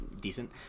decent